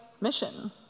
mission